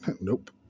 nope